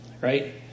right